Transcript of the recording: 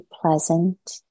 pleasant